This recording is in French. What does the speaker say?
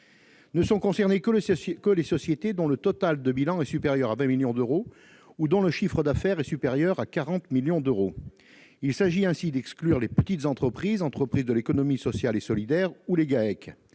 Ne sont concernées que les sociétés dont le total de bilan est supérieur à 20 millions d'euros ou dont le chiffre d'affaires est supérieur à 40 millions d'euros. Il s'agit d'exclure les petites entreprises, les entreprises de l'économie sociale et solidaire ou les GAEC